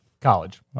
College